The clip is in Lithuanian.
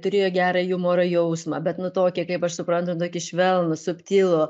turėjo gerą jumoro jausmą bet nu tokį kaip aš suprantu tokį švelnų subtilų